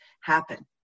happen